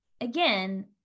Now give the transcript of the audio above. again